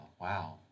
wow